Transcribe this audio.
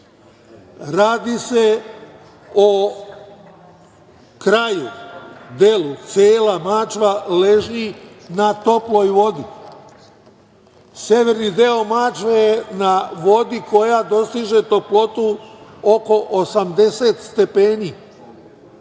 radi se o kraju, delu, cela Mačva leži na toploj vodi, severni deo Mačve je na vodi koja dostiže toplotu oko 80 stepeni.